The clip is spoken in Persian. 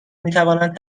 میتوانند